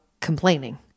complaining